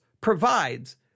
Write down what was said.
provides